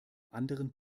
anderen